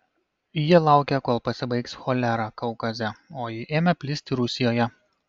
jie laukė kol pasibaigs cholera kaukaze o ji ėmė plisti rusijoje